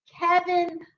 Kevin